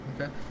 Okay